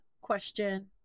question